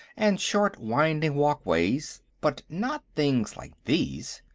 and short winding walkways, but not things like these.